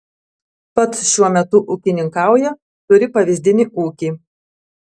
pats šiuo metu ūkininkauja turi pavyzdinį ūkį